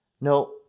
No